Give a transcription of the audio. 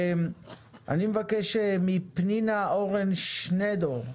אני מבקש מפנינה אורן שנידור,